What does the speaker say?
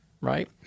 Right